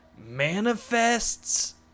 manifests